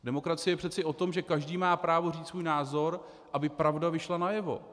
Demokracie je přece o tom, že každý má právo říct svůj názor, aby pravda vyšla najevo.